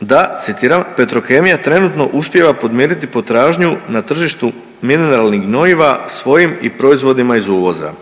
da citiram, Petrokemija trenutno uspijeva podmiriti potražnju na tržištu mineralnih gnojiva svojim i proizvodima iz uvoza.